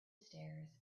stairs